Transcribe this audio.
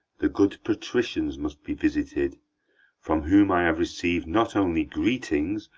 the good patricians must be visited from whom i have receiv'd not only greetings,